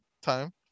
time